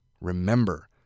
remember